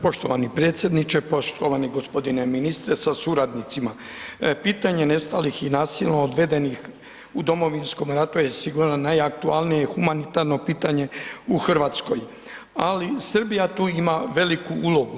Poštovani predsjedniče, poštovani gospodine ministre sa suradnicima, pitanje nestalih i nasilno odvedenih u Domovinskom ratu, je sigurno najaktualnije i humanitarno pitanje u Hrvatskoj, ali Srbija tu ima veliku ulogu.